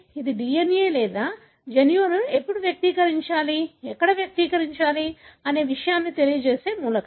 ఇది DNA లేదా జన్యువును ఎప్పుడు వ్యక్తీకరించాలి ఎక్కడ వ్యక్తీకరించాలి అనే విషయాన్ని తెలియజేసే మూలకం